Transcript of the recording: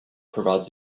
provides